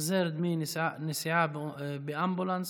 (החזר דמי נסיעה באמבולנס